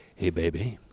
hey baby,